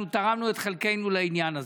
אנחנו תרמנו את חלקנו לעניין הזה.